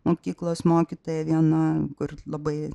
mokyklos mokytoja viena kur labai